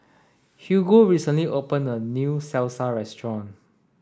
Hugo recently opened a new Salsa restaurant